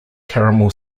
carmel